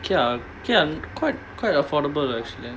K ah K ah quite quite affordable actually